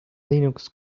linux